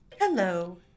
Hello